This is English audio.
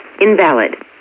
invalid